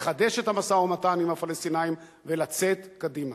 לחדש את המשא-ומתן עם הפלסטינים ולצאת קדימה.